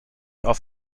auf